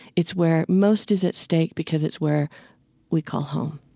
it's where most is at stake because it's where we call home